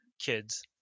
kids